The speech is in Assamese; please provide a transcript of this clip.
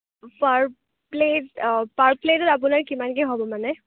পাৰ প্লেট পাৰ প্লেট আপোনাৰ কিমানকৈ হ'ব মানে